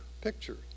picture